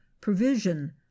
provision